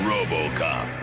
RoboCop